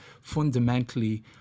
fundamentally